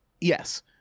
Yes